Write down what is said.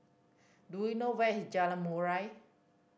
do you know where is Jalan Murai